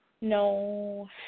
No